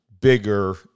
bigger